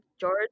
George